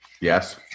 Yes